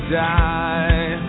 die